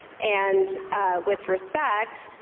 and with respect,